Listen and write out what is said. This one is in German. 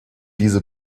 diese